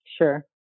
Sure